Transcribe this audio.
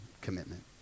commitment